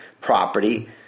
property